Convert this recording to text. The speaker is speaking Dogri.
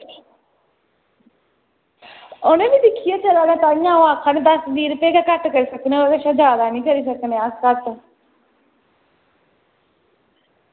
उ'नें बी दिक्खियै चलै दा ताइयें ओह् आक्खा दे दस बीह् रपेऽ गै घट्ट करी सकने ओह्दे शा ज्यादा निं करी सकने अस घट्ट